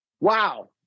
wow